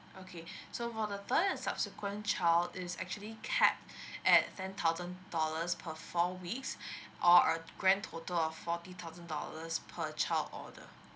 okay so for the third and subsequent child is actually capped at ten thousand dollars per four weeks or a grand total of forty thousand dollars per child order